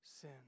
sin